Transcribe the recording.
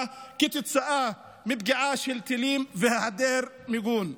כתוצאה מפגיעה של טילים והיעדר מיגון.